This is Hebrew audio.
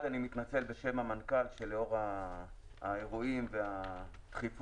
אני מתנצל בשם המנכ"ל שלאור האירועים והדחיפות